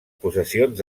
possessions